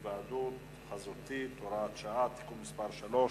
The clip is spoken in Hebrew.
(היוועדות חזותית) (הוראת שעה) (תיקון מס' 3),